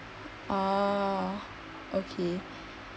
oh okay